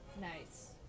Nice